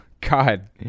God